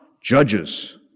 judges